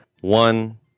One